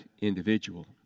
individual